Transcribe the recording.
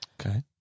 Okay